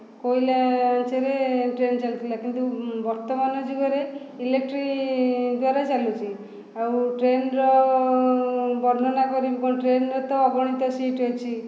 କୋଇଲାଥିରେ train ଚାଲୁଥିଲା କିନ୍ତୁ ବର୍ତ୍ତମାନ ଯୁଗରେ ଇଲେକ୍ଟ୍ରି ଦ୍ଵାରା ଚାଲୁଛି ଆଉ ଟ୍ରେନ୍ର ବର୍ଣ୍ଣନା କରିବି କ'ଣ ଟ୍ରେନ୍ରେ ତ ଅଗଣିତ ସିଟ୍ ଅଛି